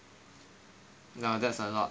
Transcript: ya that's a lot